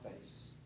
face